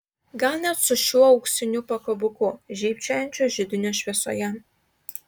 gal net su šiuo auksiniu pakabuku žybčiojančiu židinio šviesoje